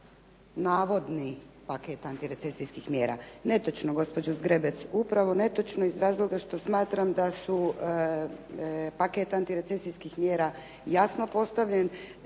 navodni paket antirecesijskih mjera. Netočno gospođo Zgrebec, upravo netočno iz razloga što smatram da su paket antirecesijskih mjera jasno postavljen